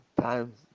times